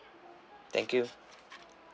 thank you